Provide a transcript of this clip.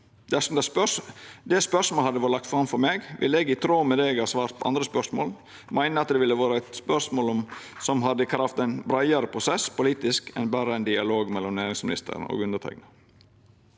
«Dersom det spørsmålet hadde vorte lagt fram for meg, ville eg, i tråd med det eg har svart på andre spørsmål, meine at det ville ha vore eit spørsmål som hadde kravd ein breiare prosess politisk enn berre ein dialog mellom næringsministeren og underteikna.»